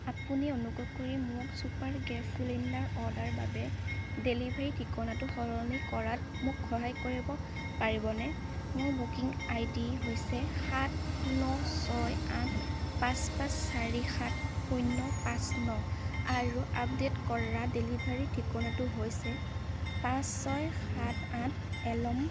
আপুনি অনুগ্ৰহ কৰি মোক ছুপাৰ গেছ চিলিণ্ডাৰ অৰ্ডাৰ বাবে ডেলিভাৰীৰ ঠিকনাটো সলনি কৰাত মোক সহায় কৰিব পাৰিবনে মোৰ বুকিং আই ডি হৈছে সাত ন ছয় আঠ পাঁচ পাঁচ চাৰি সাত শূন্য পাঁচ ন আৰু আপডে'ট কৰা ডেলিভাৰী ঠিকনাটো হৈছে পাঁচ ছয় সাত আঠ এল্ম